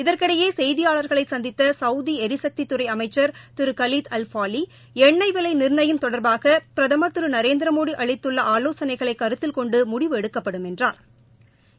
இதற்கிடையே செய்தியாளர்களை சந்தித்த சௌதி எரிசக்தித்துறை அமைச்சர் திரு கலீத் அல் ஃபாலி எண்ணெய் விலை நிர்ணயம் தொடர்பாக பிரதமர் திரு நரேந்திரமோடி அளித்துள்ள ஆலோசனைகளை கருத்தில் கொண்டு முடிவு எடுக்கப்படும் என்றாா்